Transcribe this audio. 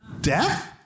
death